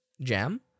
jam